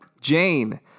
Jane